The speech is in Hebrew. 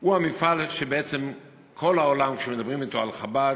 הוא המפעל שבעצם כל העולם, כשמדברים אתו על חב"ד,